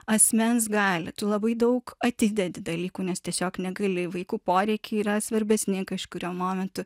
asmens galią tu labai daug atidedi dalykų nes tiesiog negali vaikų poreikiai yra svarbesni kažkuriuo momentu